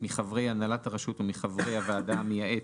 מחברי הנהלת הרשות או מחברת הוועדה המייעצת,